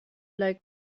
like